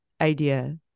idea